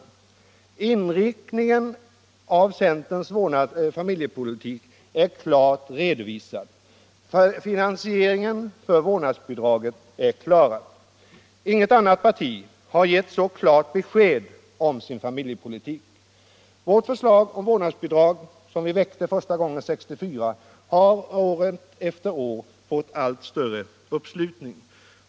debatt Allmänpolitisk debatt Inriktningen av centerns familjepolitik är klart redovisad. Vårdnadsbidragets finansiering är ordnad. Inget annat parti har givit så klara besked om sin familjepolitik. Vårt förslag om vårdnadsbidrag, som vi förde fram första gången 1964, har år efter år fått allt större uppslutning.